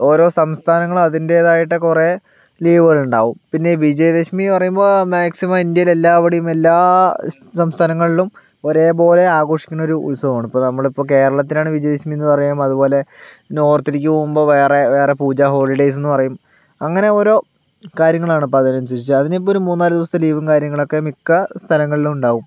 ഓരോ സംസ്ഥാനങ്ങൾ അതിൻ്റെതായിട്ട് കുറേ ലീവുകൾ ഉണ്ടാവും പിന്നെ വിജയദശമി പറയുമ്പോൾ മാക്സിമം ഇന്ത്യയിലെ എല്ലാവിടേയും എല്ലാ സംസ്ഥാനങ്ങളിലും ഒരേപോലെ ആഘോഷിക്കണ ഒരു ഉത്സവമാണ് ഇപ്പോൾ നമ്മൾ ഇപ്പോൾ കേരളത്തിലാണ് വിജയദശമി എന്ന് പറയും അതുപോലെ നോർത്തിലേക്ക് പോകുമ്പോൾ വേറെ വേറെ പൂജ ഹോളിഡേയ്സ് എന്ന് പറയും അങ്ങനെ ഓരോ കാര്യങ്ങളാണ് അപ്പോൾ അതിനനുസരിച്ച് അതിനിപ്പോൾ ഒരു മൂന്നാലു ദിവസത്തെ ലീവും കാര്യങ്ങളൊക്കെ മിക്ക സ്ഥലങ്ങളിലും ഉണ്ടാകും